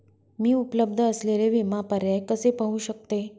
मी उपलब्ध असलेले विमा पर्याय कसे पाहू शकते?